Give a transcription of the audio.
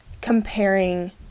comparing